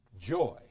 joy